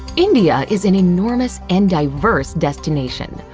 india is an enormous and diverse destination.